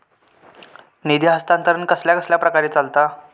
निधी हस्तांतरण कसल्या कसल्या प्रकारे चलता?